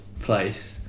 place